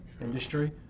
industry